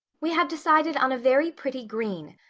we have decided on a very pretty green.